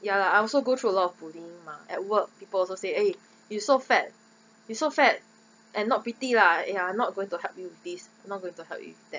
ya lah I also go through a lot of bullying mah at work people also say eh you so fat you so fat and not pretty lah ya not going to help you with this not going to help you with that